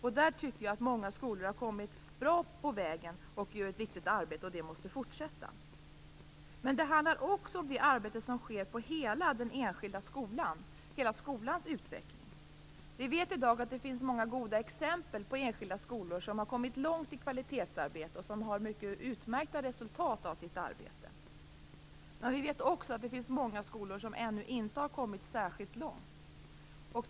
Där tycker jag att många skolor har kommit en bra bit på vägen och gör ett viktigt arbete. Det måste fortsätta. Men det handlar också om det arbete som sker på den enskilda skolan och hela skolans utveckling. Vi vet i dag att det finns många goda exempel på enskilda skolor som har kommit långt i kvalitetsarbetet och som har utmärkta resultat av sitt arbete. Men vi vet också att det finns många skolor som ännu inte har kommit särskilt långt.